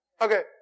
Okay